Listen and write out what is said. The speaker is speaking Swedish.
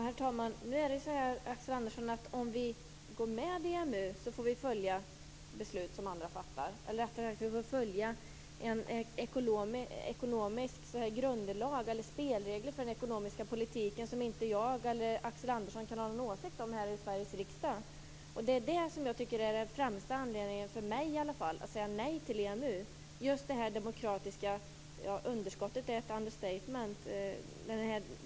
Herr talman! Om vi går med i EMU, Axel Andersson, får vi följa beslut som andra fattar. Eller rättare sagt: Vi får följa spelregler för den ekonomiska politiken som inte jag eller Axel Andersson kan ha någon åsikt om här i Sveriges riksdag. Det är detta som för mig är den främsta anledningen att säga nej till EMU. Det handlar just om det demokratiska underskottet, som är ett understatement.